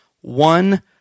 one